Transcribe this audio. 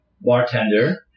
bartender